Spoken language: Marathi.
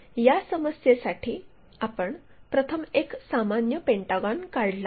तर या समस्येसाठी आपण प्रथम एक सामान्य पेंटागॉन काढला